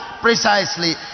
precisely